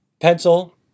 pencil